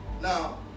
Now